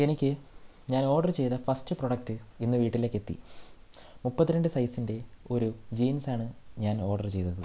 എനിക്ക് ഞാൻ ഓഡർ ചെയ്ത ഫസ്റ്റ് പ്രൊഡക്ട് ഇന്ന് വീട്ടിലേക്കെത്തി മുപ്പത്തി രണ്ട് സൈസിൻ്റെ ഒരു ജീൻസാണ് ഞാൻ ഓഡറ് ചെയ്തത്